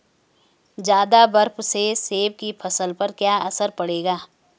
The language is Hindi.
ज़्यादा बर्फ से सेब की फसल पर क्या असर पड़ेगा?